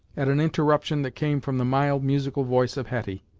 at an interruption that came from the mild, musical voice of hetty.